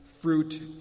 fruit